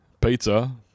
Pizza